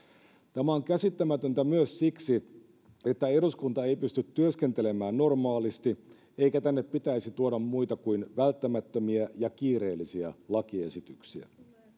tämä on käsittämätöntä myös siksi että eduskunta ei pysty työskentelemään normaalisti eikä tänne pitäisi tuoda muita kuin välttämättömiä ja kiireellisiä lakiesityksiä